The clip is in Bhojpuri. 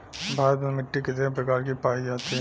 भारत में मिट्टी कितने प्रकार की पाई जाती हैं?